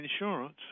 insurance